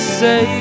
say